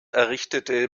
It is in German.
errichtete